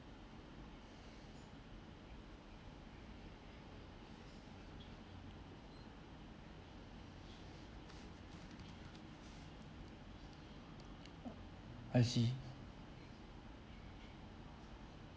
uh I see